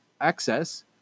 access